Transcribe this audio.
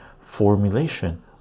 formulation